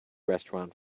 restaurant